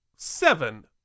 seven